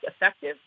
effective